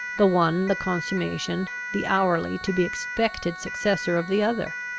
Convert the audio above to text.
the one the consummation, the hourly to be expected successor of the other.